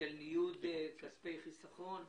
ניוד כספי חיסכון.